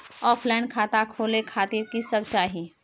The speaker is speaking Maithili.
ऑफलाइन खाता खोले खातिर की सब चाही?